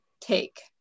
take